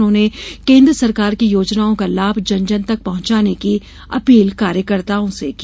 उन्होंने केन्द्र सरकार की योजनाओं का लाभ जन जन तक पहुंचाने की अपील कार्यकर्ताओं से की